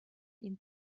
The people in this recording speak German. ihn